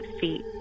feet